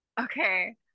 Okay